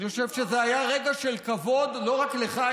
אני חושב שזה היה רגע של כבוד לא רק לך,